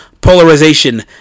polarization